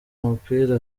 umupira